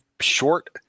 short